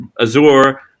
Azure